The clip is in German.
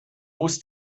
muss